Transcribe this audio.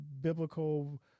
biblical